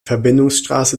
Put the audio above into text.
verbindungsstraße